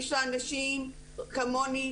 יש לאנשים כמוני,